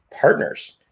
partners